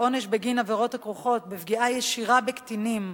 העונש בגין עבירות הכרוכות בפגיעה ישירה בקטינים,